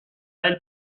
del